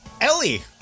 Ellie